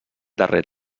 darrer